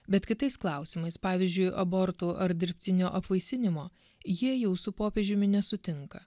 bet kitais klausimais pavyzdžiui abortų ar dirbtinio apvaisinimo jie jau su popiežiumi nesutinka